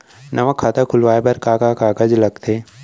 नवा खाता खुलवाए बर का का कागज लगथे?